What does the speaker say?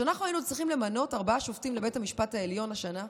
כשאנחנו היינו צריכים למנות ארבעה שופטים לבית המשפט העליון השנה,